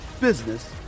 business